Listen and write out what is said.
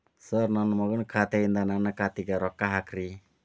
sir ನನ್ನ ಮಗನ ಖಾತೆ ಯಿಂದ ನನ್ನ ಖಾತೆಗ ರೊಕ್ಕಾ ಹಾಕ್ರಿ